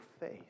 faith